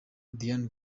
diane